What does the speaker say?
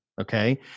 okay